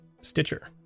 Stitcher